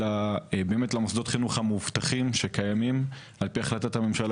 למוסדות החינוך המאובטחים בהתאם להחלטת הממשלה